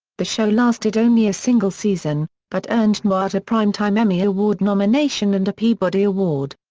the show lasted only a single season, but earned newhart a primetime emmy award nomination and a peabody award.